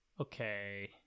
Okay